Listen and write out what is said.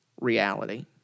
reality